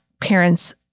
parents